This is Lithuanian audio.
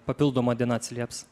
papildoma diena atsilieps